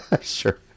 sure